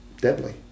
deadly